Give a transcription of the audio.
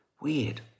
Weird